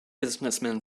businessman